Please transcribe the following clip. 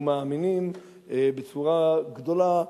ומאמינים בצורה גדולה,